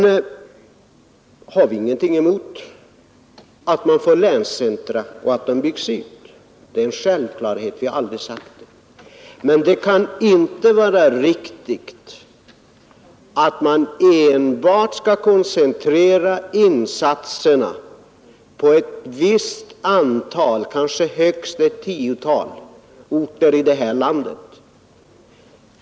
Man säger nej till förslaget. Vi har ingenting emot att länscentra byggs ut — det är en självklarhet, och vi har heller aldrig sagt någonting annat. Det kan emellertid inte vara riktigt att koncentrera insatserna på ett litet antal orter, kanske högst ett tiotal i hela landet.